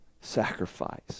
sacrifice